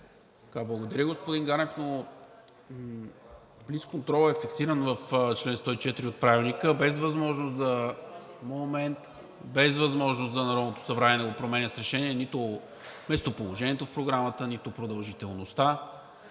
Благодаря, господин Ганев, но блицконтролът е фиксиран в чл. 104 от Правилника, без възможност за… (реплики) – момент, без възможност за Народното събрание да го променя с решение – нито местоположението в Програмата, нито продължителността.